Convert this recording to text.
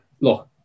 look